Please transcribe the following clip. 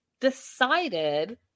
decided